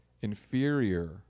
inferior